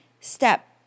step